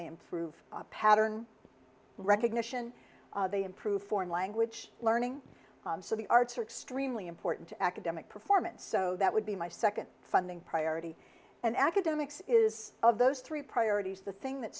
they improve pattern recognition they improve foreign language learning so the arts are extremely important to academic performance so that would be my second funding priority and academics is of those three priorities the thing that